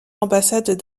ambassades